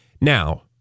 Now